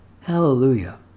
Hallelujah